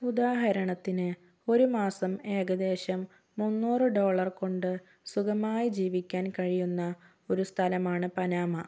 ഉദാഹരണത്തിന് ഒരു മാസം ഏകദേശം മുന്നൂറ് ഡോളർ കൊണ്ട് സുഖമായി ജീവിക്കാൻ കഴിയുന്ന ഒരു സ്ഥലമാണ് പനാമ